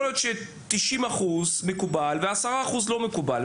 יכול להיות ש-90% מקובלים ו-10% לא מקובלים,